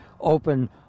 open